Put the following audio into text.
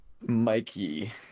Mikey